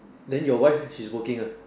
then your wife she is working ah